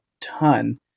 ton